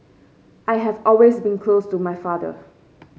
I have always been close to my father